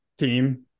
team